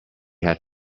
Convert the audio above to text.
had